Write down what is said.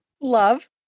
Love